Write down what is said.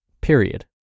period